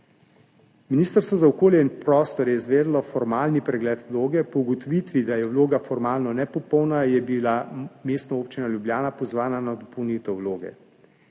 Ministrstvo za okolje in prostor je izvedlo formalni pregled vloge. Po ugotovitvi, da je vloga formalno nepopolna, je bila Mestna občina Ljubljana pozvana k dopolnitvi vloge.